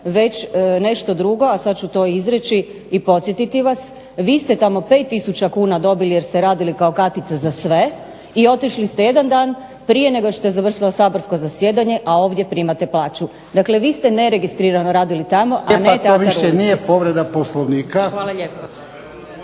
već nešto drugo, a sad ću to i izreći i podsjetiti vas. Vi ste tamo 5000 kuna dobili jer ste radili kao kartica za sve i otišli ste jedan dan prije nego što je završilo saborsko zasjedanje, a ovdje primate plaću. Dakle, vi ste neregistrirano radili tamo, a ne Teatar